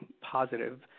positive